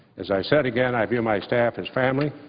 as i said again, i view my staff as family,